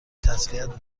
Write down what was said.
تسلیت